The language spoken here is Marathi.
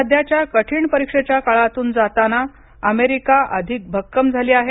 सध्याच्या कठीण परीक्षेच्या काळातून जाताना अमेरिका अधिक भक्कम झाली आहे